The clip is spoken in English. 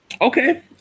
Okay